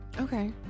Okay